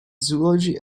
zoology